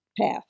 path